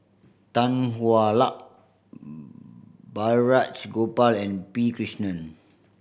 Tan Hwa Luck Balraj Gopal and P Krishnan